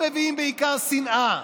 הם מביאים בעיקר שנאה,